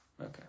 Okay